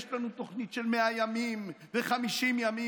יש לנו תוכנית של 100 ימים ו-50 ימים,